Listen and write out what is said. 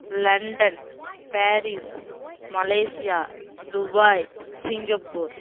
London Paris Malaysia Dubai Singapore